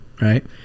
right